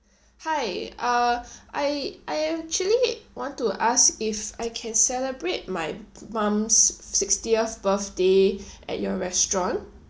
hi uh I I actually want to ask if I can celebrate my mum's sixtieth birthday at your restaurant